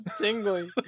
tingly